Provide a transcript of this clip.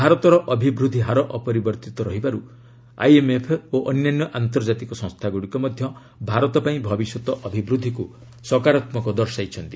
ଭାରତର ଅଭିବୃଦ୍ଧିହାର ଅପରିବର୍ତ୍ତିତ ରହିବାରୁ' ଆଇଏମ୍ଏଫ୍ ଓ ଅନ୍ୟାନ୍ୟ ଆନ୍ତର୍ଜାତିକ ସଂସ୍ଥାଗୁଡ଼ିକ ମଧ୍ୟ ଭାରତ ପାଇଁ ଭବିଷ୍ୟତ ଅଭିବୃଦ୍ଧିକୁ ସକାରାତ୍ମକ ଦର୍ଶାଇଛନ୍ତି